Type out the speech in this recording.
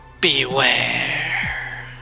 Beware